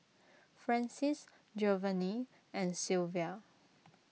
Francies Jovanny and Silvia